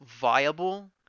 viable